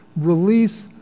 release